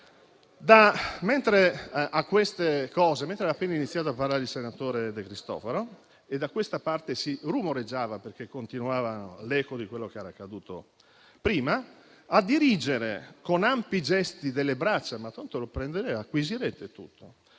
livello. Mentre aveva appena iniziato a parlare il senatore De Cristofaro e da questa parte si rumoreggiava, perché continuava l'eco di quello che era accaduto prima, a dirigere con ampi gesti delle braccia e delle mani, lo sfottò a questi banchi